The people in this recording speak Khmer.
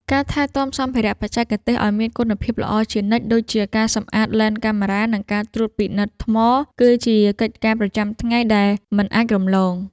ការថែទាំសម្ភារៈបច្ចេកទេសឱ្យមានគុណភាពល្អជានិច្ច ដូចជាការសម្អាតឡេនកាមេរ៉ា និងការត្រួតពិនិត្យថ្ម គឺជាកិច្ចការប្រចាំថ្ងៃដែលមិនអាចរំលង។